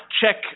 check